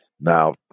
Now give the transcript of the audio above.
Now